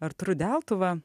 artūru deltuva